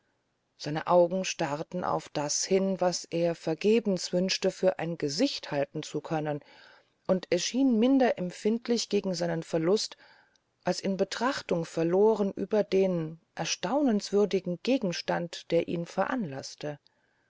seine augen starrten auf das hin was er vergebens wünschte für ein gesicht halten zu können und er schien minder empfindlich gegen seinen verlust als in betrachtung verlohren über den erstaunenswürdigen gegenstand der ihn veranlaßte